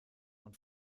und